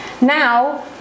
Now